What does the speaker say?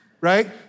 right